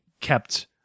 kept